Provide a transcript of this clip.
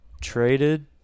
traded